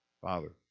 Father